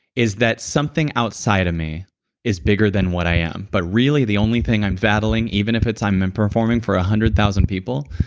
is that something outside of me is bigger than what i am, but really the only thing i'm battling, even if it's i'm and performing for a hundred thousand people,